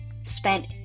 spent